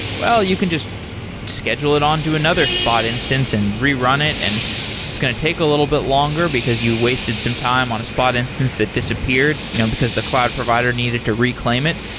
well, you can just schedule it on to another spot instance and rerun it and it's going to take a bit longer, because you wasted some time on a spot instance that disappeared you know because the cloud provider needed to reclaim it.